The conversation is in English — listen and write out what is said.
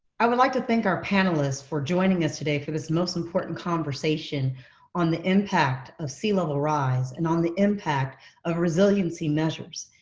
i would like to thank our panelists for joining us today for this most important conversation on the impact of sea level rise, and on the impact of resiliency measures.